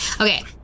okay